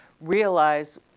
realize